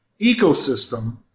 ecosystem